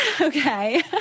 Okay